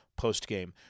postgame